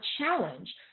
challenge